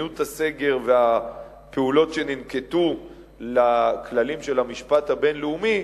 מדיניות הסגר והפעולות שננקטו לכללים של המשפט הבין-לאומי,